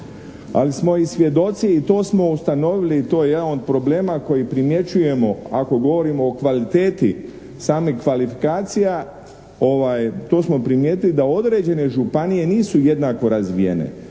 ali smo i svjedoci i to smo ustanovili, to je jedan od problema koji primjećujemo ako govorimo o kvaliteti samih kvalifikacija. To smo primijetili da određene županije nisu jednako razvijene,